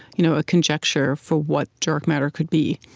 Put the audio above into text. you know a conjecture for what dark matter could be,